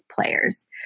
players